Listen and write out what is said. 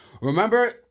remember